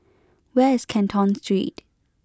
where is Canton Street